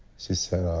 she said,